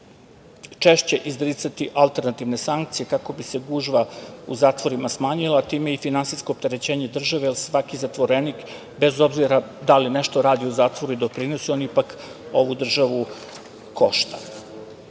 češće izricati alternativne sankcije kako bi se gužva u zatvorima smanjila, a time i finansijsko opterećenje države, jer svaki zatvorenik bez obzira da li nešto radi u zatvoru i doprinosi, on ipak ovu državu košta. Rekao